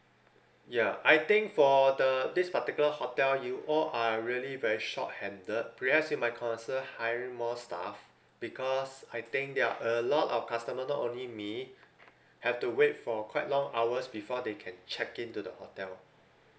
ya I think for the this particular hotel you all are really very short handed perhaps you might consider hiring more staff because I think there're a lot of customer not only me have to wait for quite long hours before they can check in to the hotel